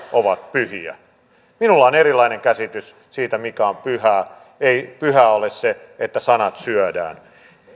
ovat pyhiä minulla on erilainen käsitys siitä mikä on pyhää ei pyhää ole se että sanat syödään